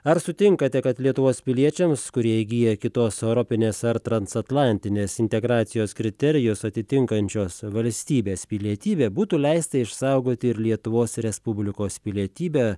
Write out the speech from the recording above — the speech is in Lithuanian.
ar sutinkate kad lietuvos piliečiams kurie įgyja kitos europinės ar transatlantinės integracijos kriterijus atitinkančios valstybės pilietybę būtų leista išsaugoti ir lietuvos respublikos pilietybę